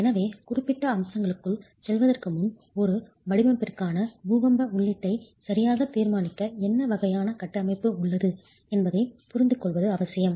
எனவே குறிப்பிட்ட அம்சங்களுக்குள் செல்வதற்கு முன் ஒரு வடிவமைப்பிற்கான பூகம்ப உள்ளீட்டை சரியாக தீர்மானிக்க என்ன வகையான கட்டமைப்பு உள்ளது என்பதைப் புரிந்துகொள்வது அவசியம்